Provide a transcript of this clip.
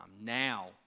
Now